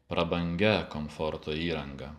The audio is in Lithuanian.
prabangia komforto įranga